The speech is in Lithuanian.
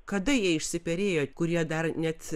kada jie išsiperėjo kurie dar net